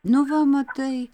nu va matai